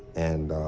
and.